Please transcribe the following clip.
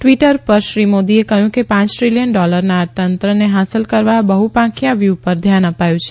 Twitter પર શ્રી મોદીએ કહ્યું કે પાંચ દ્રીલીયન ડોલરના અર્થતંત્રને હાંસલ કરવા બહ્પાંખીયા વ્યૂહ પર ધ્યાન આપ્યું છે